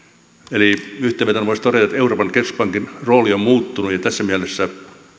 eli yhteenvetona voisi todeta että euroopan keskuspankin rooli on muuttunut ja tässä mielessä